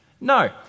No